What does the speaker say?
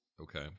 Okay